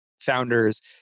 founders